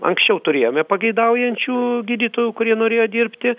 anksčiau turėjome pageidaujančių gydytojų kurie norėjo dirbti